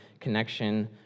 connection